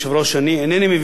שאני אינני מבין,